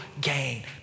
gain